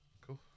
Cool